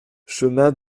chemin